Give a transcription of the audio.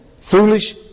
Foolish